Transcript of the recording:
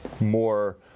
more